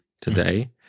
today